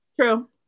True